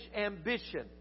ambition